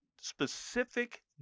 specific